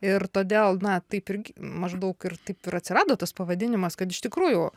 ir todėl na taip ir gi maždaug ir taip ir atsirado tas pavadinimas kad iš tikrųjų